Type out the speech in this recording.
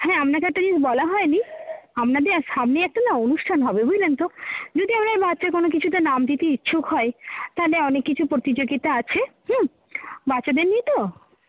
হ্যাঁ আপনাকে একটা জিনিস বলা হয়নি আপনাদের সামনে একটা না অনুষ্ঠান হবে বুঝলেন তো যদি আপনার বাচ্চার কোনো কিছুতে নাম দিতে ইচ্ছুক হয় তাহলে অনেক কিছু প্রতিযোগিতা আছে হুম বাচ্চাদের নিয়ে তো